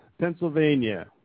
Pennsylvania